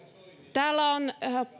täällä on